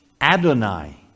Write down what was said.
Adonai